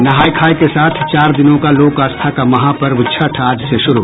नहाय खाय के साथ चार दिनों का लोक आस्था का महापर्व छठ आज से शुरू